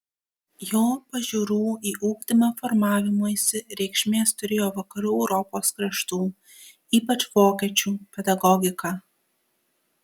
jo pažiūrų į ugdymą formavimuisi reikšmės turėjo vakarų europos kraštų ypač vokiečių pedagogika